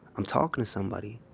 i'm talking to somebody.